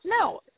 No